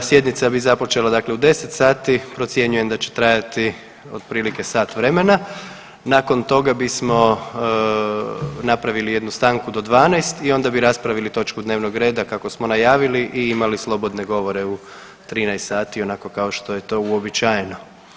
Sjednica bi započela u 10 sati, procjenjujem da će trajati otprilike sat vremena, nakon toga bismo napravili jednu stanku do 12 i onda bi raspravili točku dnevnog reda kako smo najavili i imali slobodne govore u 13 sati onako kao što je to uobičajeno.